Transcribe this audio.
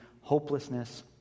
hopelessness